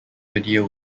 video